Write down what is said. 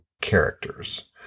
characters